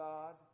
God